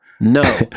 No